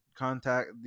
contact